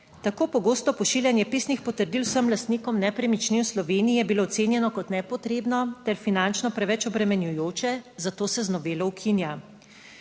Tako pogosto pošiljanje pisnih potrdil vsem lastnikom nepremičnin v Sloveniji je bilo ocenjeno kot nepotrebno ter finančno preveč obremenjujoče, zato se z novelo ukinja.